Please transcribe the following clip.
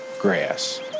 grass